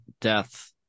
death